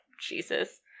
Jesus